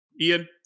Ian